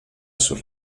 sus